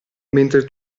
mentre